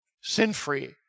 Sin-free